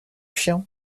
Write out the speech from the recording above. chien